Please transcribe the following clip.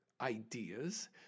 ideas